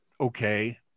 okay